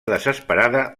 desesperada